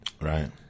Right